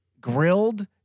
grilled